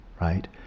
right